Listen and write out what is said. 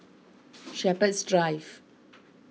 Shepherds Drive